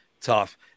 tough